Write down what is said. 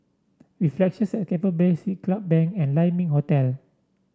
Reflections at Keppel Bay Siglap Bank and Lai Ming Hotel